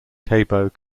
cabot